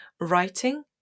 writing